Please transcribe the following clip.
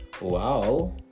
wow